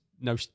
no